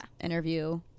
Interview